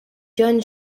john